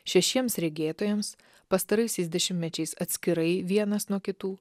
šešiems regėtojams pastaraisiais dešimtmečiais atskirai vienas nuo kitų